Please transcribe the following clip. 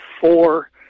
four